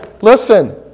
listen